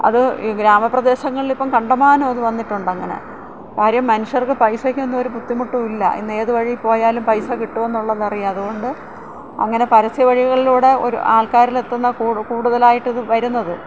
അത് ഈ ഗ്രാമപ്രദേശങ്ങളിൽ ഇപ്പം കണ്ടമാനം അത് വന്നിട്ടുണ്ട് അങ്ങനെ കാര്യം മനുഷ്യർക്ക് പൈസയ്ക്ക് ഒന്നും ഒരു ബുദ്ധിമുട്ടും ഇല്ല ഇന്ന് ഏത് വഴി പോയാലും പൈസ കിട്ടും എന്നുള്ളത് അറിയാം അതുകൊണ്ട് അങ്ങനെ പരസ്യവഴികളിലൂടെ ഒരു ആൾക്കാരിൽ എത്തുന്ന കൂടുതലായിട്ട് ഇത് വരുന്നത്